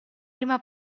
prima